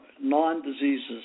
non-diseases